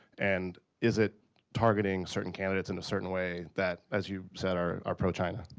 and is it targeting certain candidates in a certain way that as you said, are are pro-china?